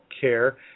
care